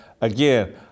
Again